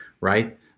right